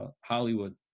Hollywood